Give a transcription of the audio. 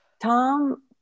Tom